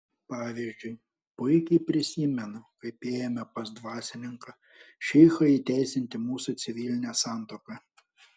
pavyzdžiui puikiai prisimenu kaip ėjome pas dvasininką šeichą įteisinti mūsų civilinę santuoką